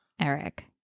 Eric